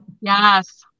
Yes